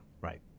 Right